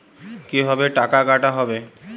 কিভাবে টাকা কাটা হবে?